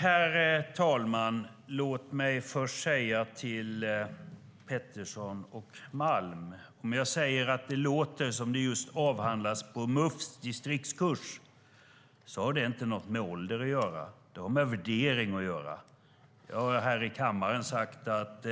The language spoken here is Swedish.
Herr talman! Låt mig först säga till Petersson och Malm: Om jag säger att det låter som om det just hade avhandlats på MUF:s distriktskurs har det inget med ålder att göra, utan det har med värderingar att göra. Jag har här i kammaren sagt att